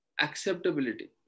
acceptability